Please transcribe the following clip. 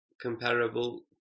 comparable